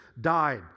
died